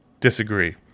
disagree